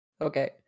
okay